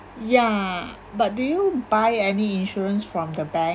yeah but do you buy any insurance from the bank